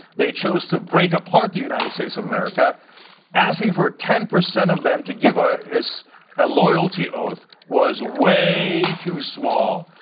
they chose to break apart the united states of america asking for ten percent of them to give ah us a loyalty oath was way too small.